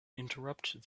interrupted